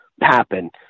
happen